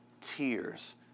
tears